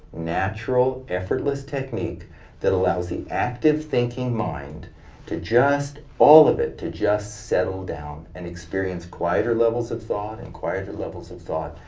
natural, effortless technique that allows the active thinking mind to just, all of it to just settle down, and experience quieter levels of thought, and quieter levels of thought,